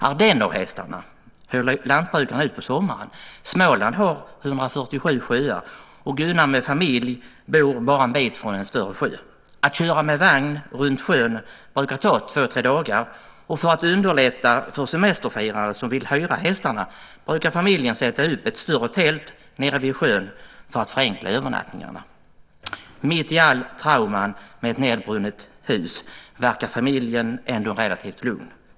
Ardennerhästarna hyr lantbrukaren ut på sommaren. Småland har 147 sjöar, och Gunnar med familj bor bara en bit från en större sjö. Att köra med vagn runt sjön brukar ta två tre dagar. För semesterfirare som vill hyra hästarna brukar familjen sätta upp ett större tält nere vid sjön, vilket förenklar övernattningarna. Mitt i alla trauman med ett nedbrunnet hus verkar familjen ändå relativt lugn.